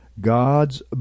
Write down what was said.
God's